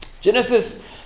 Genesis